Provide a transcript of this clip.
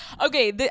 Okay